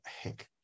heck